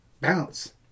bounce